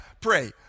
Pray